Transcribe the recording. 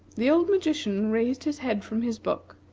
the old magician raised his head from his book,